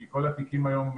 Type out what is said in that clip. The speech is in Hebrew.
כי כל התיקים היום,